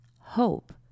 Hope